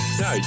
no